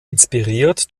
inspiriert